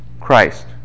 Christ